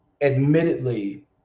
admittedly